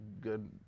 good